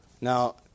now